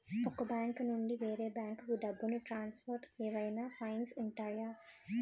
ఒక బ్యాంకు నుండి వేరే బ్యాంకుకు డబ్బును ట్రాన్సఫర్ ఏవైనా ఫైన్స్ ఉంటాయా?